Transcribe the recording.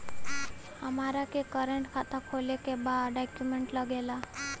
हमारा के करेंट खाता खोले के बा का डॉक्यूमेंट लागेला?